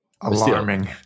alarming